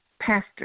pastor